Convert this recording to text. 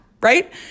right